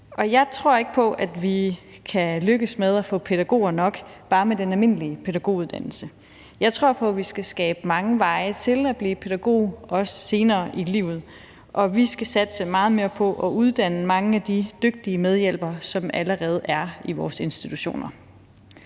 jeg tror ikke på, at vi kan lykkes med at få pædagoger nok bare med den almindelige pædagoguddannelse. Jeg tror på, at vi skal skabe mange veje til at blive pædagog, også senere i livet, og at vi skal satse meget mere på at uddanne mange af de dygtige medhjælpere, som allerede er i vores institutioner.